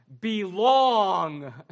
belong